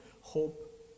hope